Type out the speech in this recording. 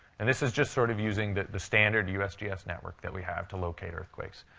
and this is just sort of using the the standard usgs network that we have to locate earthquakes.